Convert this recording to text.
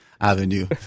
avenue